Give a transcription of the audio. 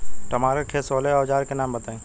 टमाटर के खेत सोहेला औजर के नाम बताई?